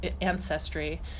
ancestry